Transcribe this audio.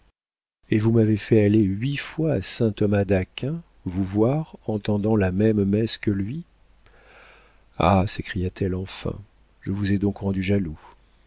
et vous m'avez fait aller huit fois à saint-thomas-d'aquin vous voir entendant la même messe que lui ah s'écria-t-elle enfin je vous ai donc rendu jaloux